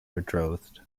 betrothed